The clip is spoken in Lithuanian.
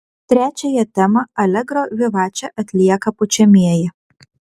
trečiąją temą alegro vivače atlieka pučiamieji